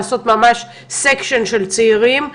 לעשות ממש סקשן של צעירים,